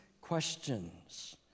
questions